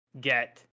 get